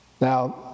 Now